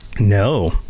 no